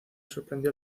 sorprendió